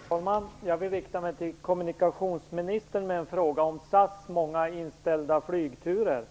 Fru talman! Jag vill rikta mig till kommunikationsministern med en fråga om SAS många inställda flygturer